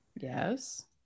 Yes